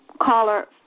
caller